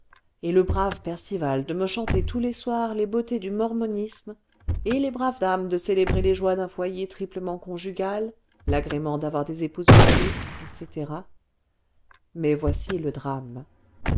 et le brave percival de me chanter tous les soirs les beautés du mormonisme et les braves dames de célébrer les joies d'un foyer triplement conjugal l'agrément d'avoir des épouses variées etc ce mais voici le drame